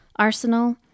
Arsenal